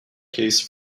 case